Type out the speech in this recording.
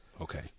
Okay